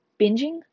binging